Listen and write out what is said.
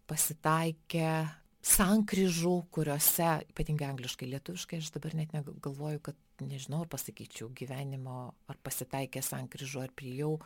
pasitaikė sankryžų kuriose ypatingai angliškai lietuviškai aš dabar net ne galvoju kad nežinau ar pasakyčiau gyvenimo ar pasitaikė sankryžų ar priėjau